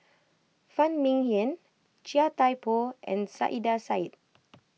Phan Ming Yen Chia Thye Poh and Saiedah Said